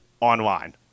online